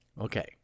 Okay